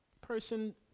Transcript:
person